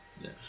Yes